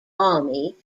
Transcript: army